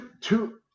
two